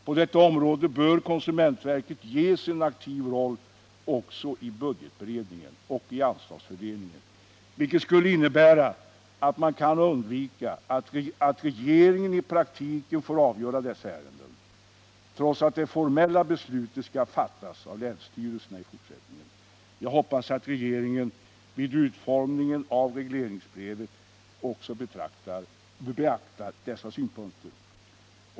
På detta område bör konsumentverket ges en aktiv roll också i budgetberedningen och i anslagsfördelningen, vilket skulle innebära att man kan undvika att regeringen i praktiken får avgöra dessa ärenden, trots att det formella beslutet i fortsättningen skall fattas av länsstyrelserna. Jag hoppas att regeringen vid utformningen av regleringsbrevet också beaktar dessa synpunkter.